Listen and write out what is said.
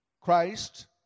Christ